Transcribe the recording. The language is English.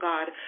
God